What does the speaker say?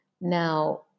Now